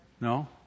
No